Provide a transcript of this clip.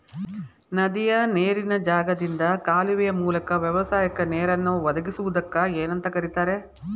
ನದಿಯ ನೇರಿನ ಜಾಗದಿಂದ ಕಾಲುವೆಯ ಮೂಲಕ ವ್ಯವಸಾಯಕ್ಕ ನೇರನ್ನು ಒದಗಿಸುವುದಕ್ಕ ಏನಂತ ಕರಿತಾರೇ?